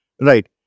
Right